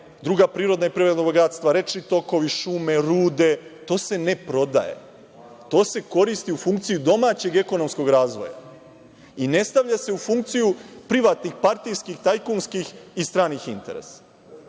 druga prirodna bogatstva, rečni tokovi, šume, rude, to se ne prodaje, to se koristi u funkciji domaćeg ekonomskog razvoja. I ne stavlja se u funkciju privatnih partijskih, tajkunskih i stranih interesa. Znači